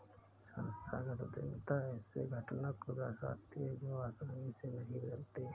संस्थागत उद्यमिता ऐसे घटना को दर्शाती है जो आसानी से नहीं बदलते